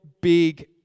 big